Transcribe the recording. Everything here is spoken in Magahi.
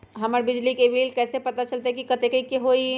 हमर बिजली के बिल कैसे पता चलतै की कतेइक के होई?